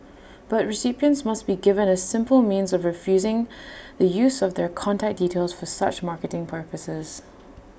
but recipients must be given A simple means of refusing the use of their contact details for such marketing purposes